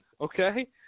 Okay